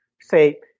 say